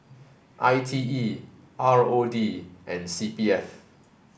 I T E R O D and C P F